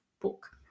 book